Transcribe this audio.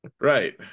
right